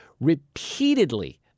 repeatedly